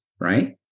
right